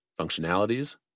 functionalities